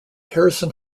harrison